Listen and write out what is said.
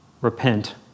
repent